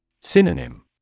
Synonym